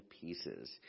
pieces